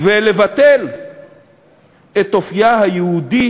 ולבטל את אופייה היהודי